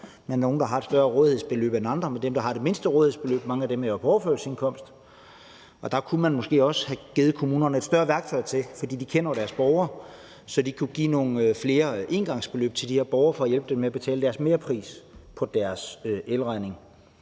er nogle, der har et større rådighedsbeløb end andre – var dem, der har det mindste rådighedsbeløb, for mange af dem er jo på overførselsindkomst. Der kunne man måske også have givet kommunerne et større værktøj til det, fordi de jo kender deres borgere, så de kunne give nogle flere engangsbeløb til de her borgere til hjælp til at betale merprisen på deres elregninger.